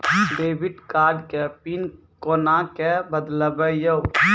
Debit card के PIN कोना के बदलबै यो?